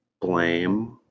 blame